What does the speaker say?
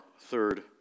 third